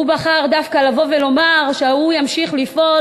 הוא בחר דווקא לבוא ולומר שהוא ימשיך לפעול